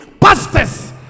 pastors